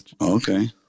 Okay